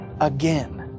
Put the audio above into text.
again